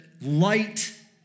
light